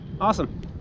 Awesome